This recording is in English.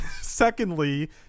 Secondly